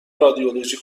رادیولوژی